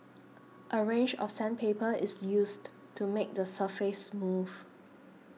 a range of sandpaper is used to make the surface smooth